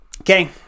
Okay